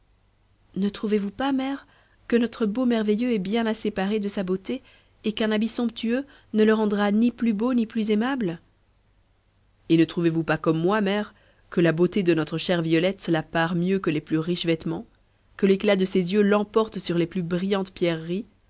ne trouvez-vous pas mère que notre beau merveilleux est bien assez paré de sa beauté et qu'un habit somptueux ne le rendra ni plus beau ni plus aimable et ne trouvez-vous pas comme moi mère que la beauté de notre chère violette la pare mieux que les plus riches vêtements que l'éclat de ses yeux l'emporte sur les plus brillantes pierreries